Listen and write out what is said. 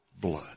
blood